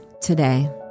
today